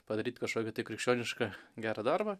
padaryt kažkokį tai krikščionišką gerą darbą